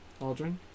Aldrin